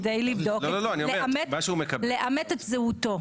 כדי לאמת את זהותו.